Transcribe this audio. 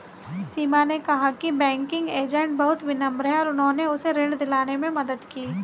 सीमा ने कहा कि बैंकिंग एजेंट बहुत विनम्र हैं और उन्होंने उसे ऋण दिलाने में मदद की